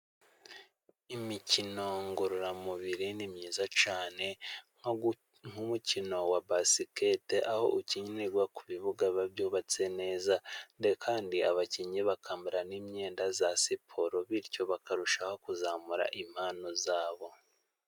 Imikino ngororamubiri ni myiza cyane, nk'umukino wa basikete aho ukinirwa ku bibuga biba byubatse neza, ndetse kandi abakinnyi bakambara n'imyenda ya siporo, bityo bakarushaho kuzamura impano zabo.